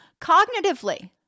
Cognitively